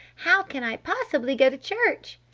how can i possibly go to church?